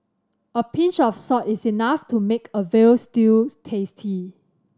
a pinch of salt is enough to make a veal stew tasty